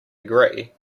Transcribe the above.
agree